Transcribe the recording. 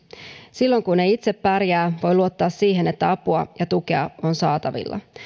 silloin kun ei itse pärjää voi luottaa siihen että apua ja tukea on saatavilla